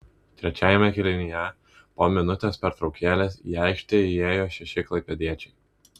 trečiajame kėlinyje po minutės pertraukėlės į aikštę įėjo šeši klaipėdiečiai